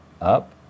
up